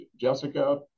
Jessica